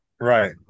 right